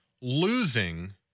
losing